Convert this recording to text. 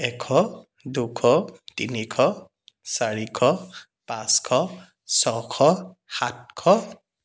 এশ দুশ তিনিশ চাৰিশ পাঁচশ ছশ সাতশ